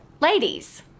Ladies